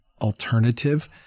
alternative